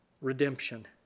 redemption